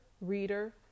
reader